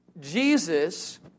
Jesus